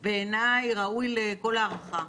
הוא ראוי לכל הערכה.